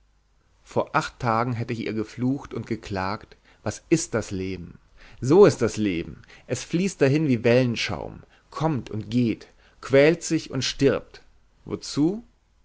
vor acht tagen hätte ich ihr geflucht und geklagt was ist das leben so ist das leben es fließt dahin wie wellenschaum kommt und geht quält sich und stirbt wozu